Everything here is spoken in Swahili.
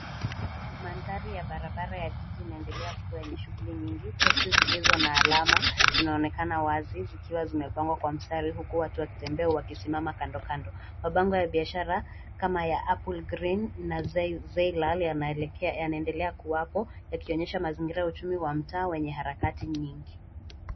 Mandhari ya barabara ya jiji inaendelea kuwa yenye shunguli nyingi. Teksi zilizo na alama zinaonekana wazi zikiwa zimepangwa kwa mstari huku watu wakitembea wakisimama kando kando. Mabango ya biashara kama ya APPLE GREEN na ZEYLAL yanaendelea kuwapo yakionyesha mazingira ya uchumi wa mtaa wenye harakati nyingi.